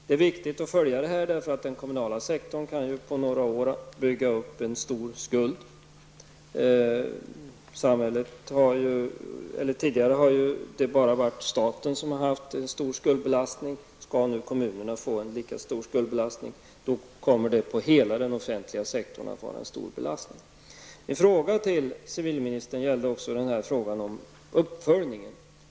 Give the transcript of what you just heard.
Det är viktigt att följa denna fråga. Den kommunala sektorn kan på några år bygga upp en stor skuld. Tidigare har det bara varit staten som har haft en stor skuldbelastning. Får kommunerna en lika stor skuldbelastning, kommer det att utgöra en stor belastning för hela den offentliga sektorn. Min fråga till civilministern gällde uppföljningen.